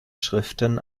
schriften